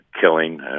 killing